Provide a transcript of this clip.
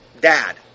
Dad